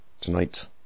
tonight